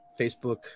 facebook